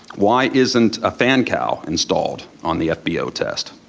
why isn't a fan cowl installed on the fbo test?